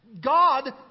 God